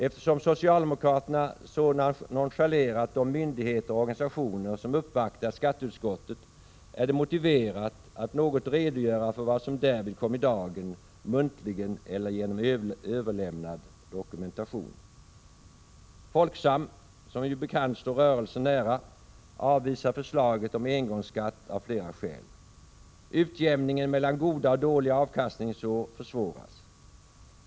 Eftersom socialdemokraterna så nonchalerat de myndigheter och organisationer som uppvaktat skatteutskottet, är det motiverat att något redogöra för vad som därvid kom i dagen muntligen eller genom överlämnad dokumentation. Folksam — detta företag står som bekant rörelsen nära — avvisar förslaget om engångsskatt av flera skäl. Utjämningen mellan goda och dåliga avkastningsår försvåras.